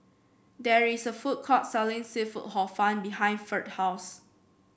there is a food court selling seafood Hor Fun behind Ferd's house